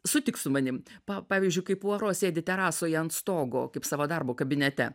sutik su manim pa pavyzdžiui kai puaro sėdi terasoj ant stogo kaip savo darbo kabinete